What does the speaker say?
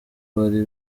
bari